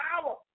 power